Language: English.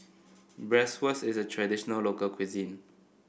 bratwurst is a traditional local cuisine